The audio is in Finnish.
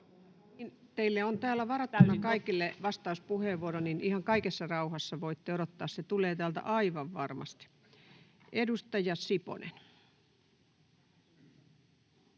Teille on täällä varattuna kaikille vastauspuheenvuoro, joten ihan kaikessa rauhassa voitte odottaa. Se tulee täältä aivan varmasti. — Edustaja Siponen.